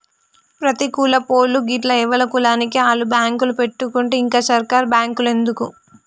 ప్రతి కులపోళ్లూ గిట్ల ఎవల కులానికి ఆళ్ల బాంకులు పెట్టుకుంటే ఇంక సర్కారు బాంకులెందుకు